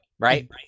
Right